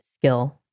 skill